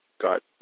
got